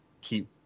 keep